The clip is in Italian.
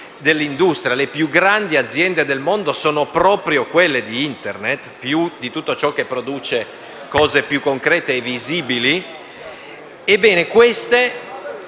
le più grandi aziende del mondo, sono proprio quelle di Internet, più di tutto ciò che produce cose più concrete e visibili. Ebbene, queste